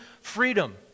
freedom